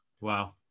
wow